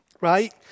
right